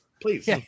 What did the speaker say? Please